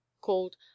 called